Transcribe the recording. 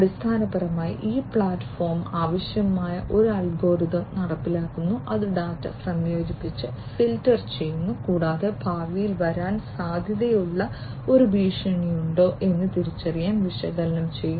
അടിസ്ഥാനപരമായി ഈ പ്ലാറ്റ്ഫോം ആവശ്യമായ ഒരു അൽഗോരിതം നടപ്പിലാക്കുന്നു അത് ഡാറ്റ സംയോജിപ്പിച്ച് ഫിൽട്ടർ ചെയ്യുന്നു കൂടാതെ ഭാവിയിൽ വരാൻ സാധ്യതയുള്ള ഒരു ഭീഷണിയുണ്ടോ എന്ന് തിരിച്ചറിയാൻ വിശകലനം ചെയ്യും